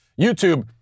YouTube